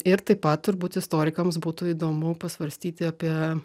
ir taip pat turbūt istorikams būtų įdomu pasvarstyti apie